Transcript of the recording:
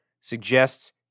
suggests